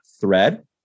thread